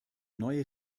neue